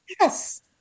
yes